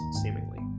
seemingly